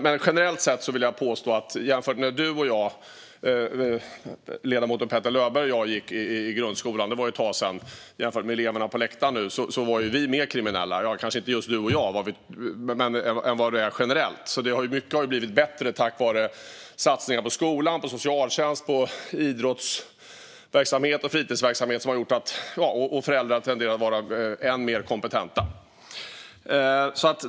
Men generellt sett vill jag påstå att vi, när ledamoten Petter Löberg och jag gick i grundskolan, vilket var ett tag sedan, var mer kriminella jämfört med eleverna som sitter på läktaren i dag - ja, kanske inte just du och jag, men generellt. Mycket har alltså blivit bättre tack vare satsningar på skola, socialtjänst och idrotts och fritidsverksamhet. Föräldrar tenderar också att vara än mer kompetenta.